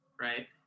right